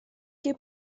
que